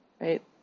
Right